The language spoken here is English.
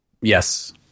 Yes